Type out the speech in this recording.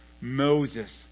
Moses